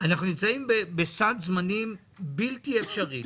אנחנו נמצאים בסד זמנים בלתי אפשרי,